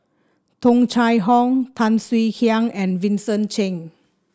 Tung Chye Hong Tan Swie Hian and Vincent Cheng